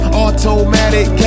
automatic